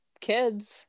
kids